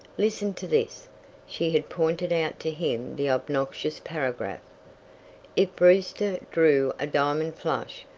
listen to this she had pointed out to him the obnoxious paragraph if brewster drew a diamond flush,